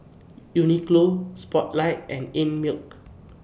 Uniqlo Spotlight and Einmilk